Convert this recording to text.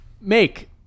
Make